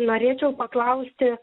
norėčiau paklausti